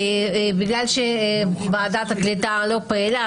בגלל שוועדת הקליטה לא פעילה,